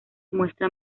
muestra